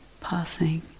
Passing